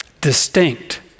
Distinct